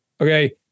Okay